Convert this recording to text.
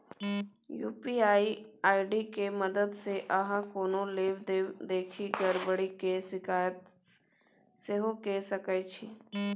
UPI ID के मददसँ अहाँ कोनो लेब देब देखि गरबरी केर शिकायत सेहो कए सकै छी